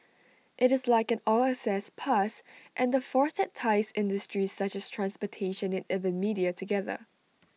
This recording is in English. IT is like an all access pass and the force that ties industries such as transportation and even media together